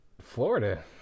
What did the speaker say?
florida